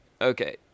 okay